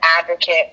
advocate